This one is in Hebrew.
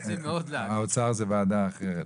האוצר זאת וועדה אחרת.